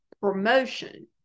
promotion